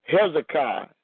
Hezekiah